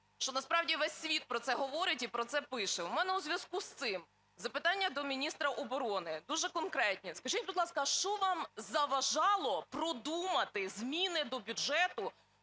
що насправді весь світ про це говорить і про це пише? У мене у зв'язку з цим запитання до міністра оборони дуже конкретні. Скажіть, будь ласка, а що вам заважало продумати зміни до бюджету